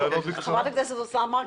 חברת הכנסת אוסנת מארק,